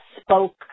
spoke